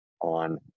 On